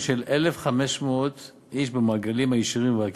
של 1,500 איש במעגלים הישירים והעקיפים.